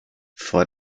vor